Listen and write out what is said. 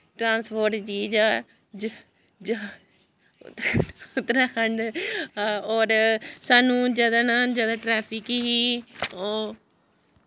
transport चीज ज ज उत्तराखंड उत्तरा खंड होर सानूं जिस दिन जैदा ट्रैफिक ही ओह्